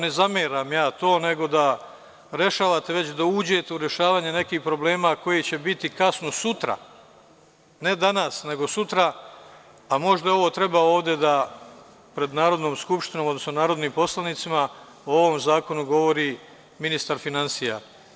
Ne zameram ja to, nego da rešavate, već da uđete u rešavanje nekih problema koje će biti kasno sutra, ne danas, nego sutra, a možda ovde treba da pred Narodnom skupštinom, odnosno narodnim poslanicima o ovom zakonu govori ministar finansija.